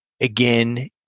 again